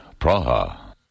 Praha